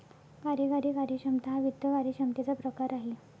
कार्यकारी कार्यक्षमता हा वित्त कार्यक्षमतेचा प्रकार आहे